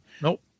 Nope